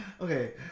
Okay